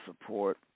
support